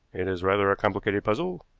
it is rather a complicated puzzle.